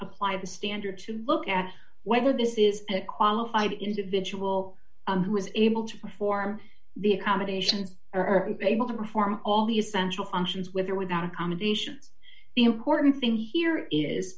apply the standard to look at whether this is a qualified individual who is able to perform the accommodations or are able to perform all the essential functions with or without accommodations the important thing here is